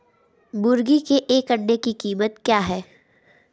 मुर्गी के एक अंडे की कीमत क्या है?